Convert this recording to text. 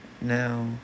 Now